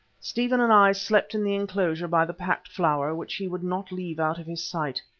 stephen and i slept in the enclosure by the packed flower, which he would not leave out of his sight.